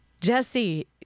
Jesse